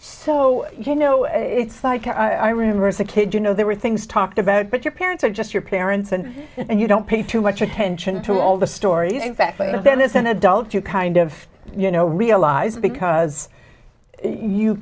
so you know it's like i remember as a kid you know there were things talked about but your parents are just your parents and you don't pay too much attention to all the stories exactly but then it's an adult you kind of you know realize because you